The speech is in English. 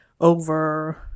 over